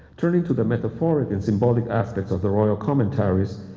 turning to the metaphoric and symbolic aspects of the royal commentaries,